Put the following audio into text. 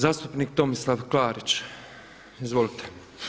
Zastupnik Tomislav Klarić, izvolite.